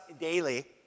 daily